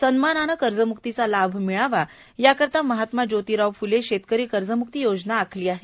सन्मानाने कर्जमुक्तीचा लाभ मिळावा याकरिता महात्मा जोतिराव फुले शेतकरी कर्जम्क्ती योजना आखली आहे